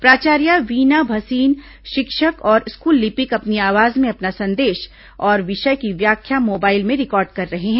प्राचार्य वीना भसीन शिक्षक और स्कूल लिपिक अपनी आवाज में अपना संदेश और विषय की व्याख्या मोबाइल में रिकार्ड कर रहे हैं